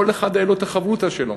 כל אחד הייתה לו החברותא שלו.